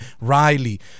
Riley